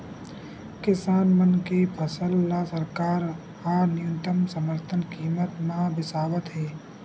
किसान मन के फसल ल सरकार ह न्यूनतम समरथन कीमत म बिसावत हे